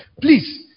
Please